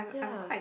yeah